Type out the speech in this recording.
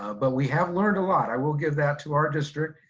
ah but we have learned a lot, i will give that to our district,